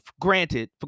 granted